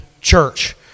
church